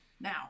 Now